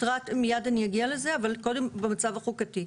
מיד אני אגיע לזה אבל קודם במצב החוקתי.